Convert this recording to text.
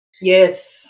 Yes